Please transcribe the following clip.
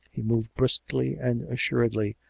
he moved briskly and assuredly,